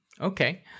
Okay